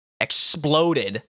exploded